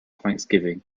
thanksgiving